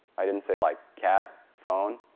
i didn't say like cat phone?